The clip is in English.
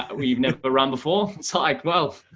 ah we've never but run before. it's like well,